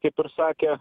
kaip ir sakė